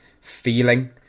feeling